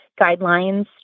guidelines